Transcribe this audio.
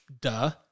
duh